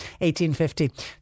1850